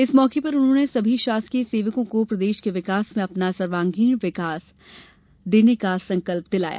इस मौके पर उन्होंने सभी शासकीय सेवकों को प्रदेश के विकास में अपना सर्वागीण विकास देने का संकल्प दिलाया